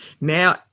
Now